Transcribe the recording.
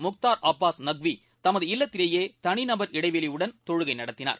முக்தார் அப்பாஸ் நக்வி தமது இல்லத்திலேயேதனிநபர் இடைவெளியுடன் தொழுகைநடத்தினார்